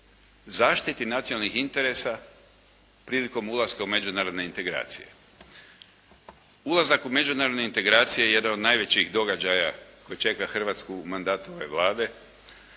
zaštiti nacionalnih interesa prilikom ulaska u međunarodne integracije. Ulazak u međunarodne integracije jedan je od najvećih događaja koji čeka Hrvatsku u mandatu ove Vlade